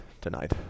tonight